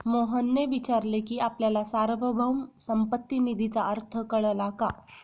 मोहनने विचारले की आपल्याला सार्वभौम संपत्ती निधीचा अर्थ कळला का?